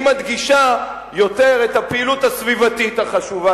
היא מדגישה יותר את הפעילות הסביבתית החשובה,